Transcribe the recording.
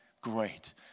great